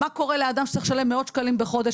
מה קורה לאדם שצריך לשלם מאוד שקלים בחודש,